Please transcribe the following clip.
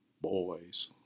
boys